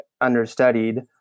understudied